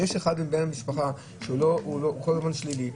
אחד מבני המשפחה שהוא כל הזמן שלילי,